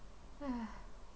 !hais!